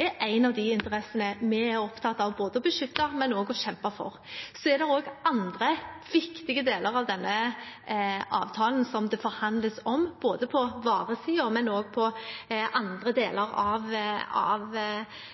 er en av de interessene vi er opptatt av både å beskytte og å kjempe for. Det er også andre viktige deler av denne avtalen som det forhandles om – både på varesiden og på andre deler av avtalen. Det har vært en krevende forhandling. Det er fortsatt en krevende forhandling. Og noe av